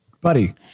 Buddy